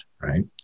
right